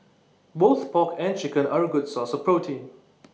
both pork and chicken are A good source of protein